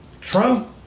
Trump